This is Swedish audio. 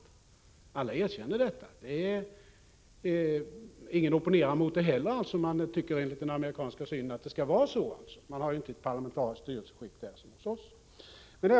Alla erkänner detta. Ingen opponerar mot det. Man tycker enligt den amerikanska synen att det skall vara så; man har ju inte där som hos oss ett parlamentariskt styrelseskick.